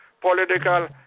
political